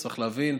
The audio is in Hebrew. צריך להבין,